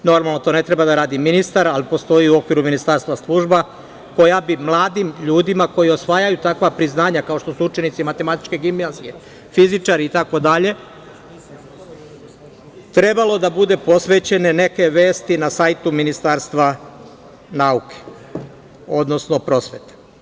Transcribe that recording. Normalno, to ne treba da radi ministar, ali postoji u okviru ministarstva služba, koja bi mladim ljudima koji osvajaju takva priznanja, kao što su učenici Matematičke gimnazije, fizirači, itd, trebalo da bude posvećene neke vesti na sajtu Ministarstva nauke, odnosno prosvete.